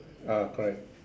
ah correct